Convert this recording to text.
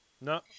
No